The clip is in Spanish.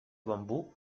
bambú